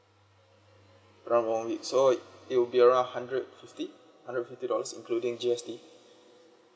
around one week so it will be around hundred fifty hundred fifty dollars including G_S_T